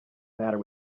matter